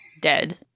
Dead